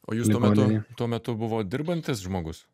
o jūs tuo metu tuo metu buvot dirbantis žmogus